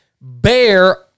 bear